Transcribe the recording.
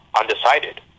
undecided